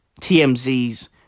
TMZ's